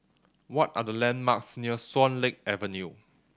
what are the landmarks near Swan Lake Avenue